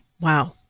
wow